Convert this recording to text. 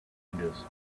windows